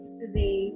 today